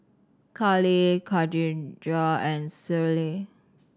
Kallie Kadijah and Schley